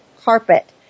carpet